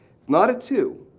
not a two.